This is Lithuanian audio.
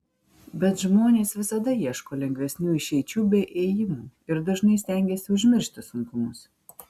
bet žmonės visada ieško lengvesnių išeičių bei ėjimų ir dažnai stengiasi užmiršti sunkumus